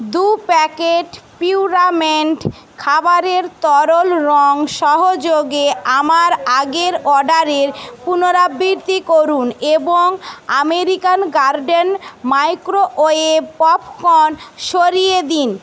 দু প্যাকেট পিউরামেট খাবারের তরল রঙ সহযোগে আমার আগের অর্ডারের পুনরাবৃত্তি করুন এবং আমেরিকান গার্ডেন মাইক্রোওয়েভ পপকর্ন সরিয়ে দিন